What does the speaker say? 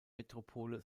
metropole